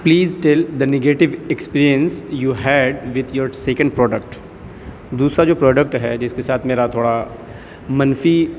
please tell the negative experience you had with your second product دوسرا جو product ہے جس کے ساتھ میرا تھوڑا منفی